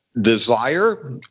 desire